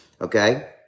Okay